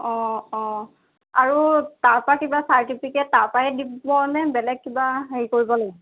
অঁ অঁ আৰু তাৰপৰা কিবা চাৰ্টিফিকেট তাৰপৰাই দিব নে বেলেগ কিবা হেৰি কৰিব লাগিব